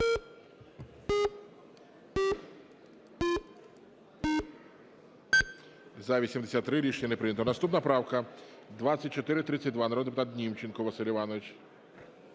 За-67 Рішення не прийнято. Наступна правка – 2453, народний депутат Німченко Василь Іванович.